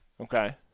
Okay